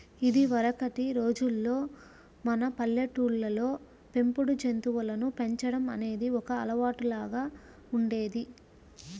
ఇదివరకటి రోజుల్లో మన పల్లెటూళ్ళల్లో పెంపుడు జంతువులను పెంచడం అనేది ఒక అలవాటులాగా ఉండేది